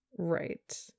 Right